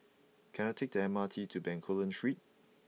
can I take the M R T to Bencoolen Street